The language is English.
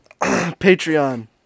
Patreon